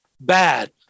bad